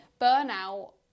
burnout